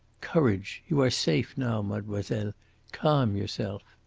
courage! you are safe now, mademoiselle. calm yourself!